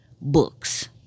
books